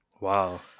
Wow